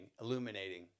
illuminating